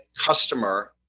customer